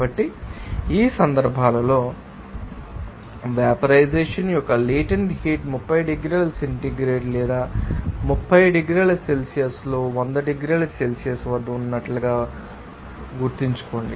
కాబట్టి ఈ సందర్భంలో వేపరైజెషన్ యొక్క లేటెంట్ హీట్ 30 డిగ్రీల సెంటీగ్రేడ్లో లేదా 30 డిగ్రీల సెల్సియస్లో 100 డిగ్రీల సెల్సియస్ వద్ద ఉన్నట్లుగా ఉండదని గుర్తుంచుకోండి